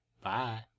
Bye